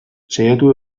saiatu